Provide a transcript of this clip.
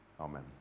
Amen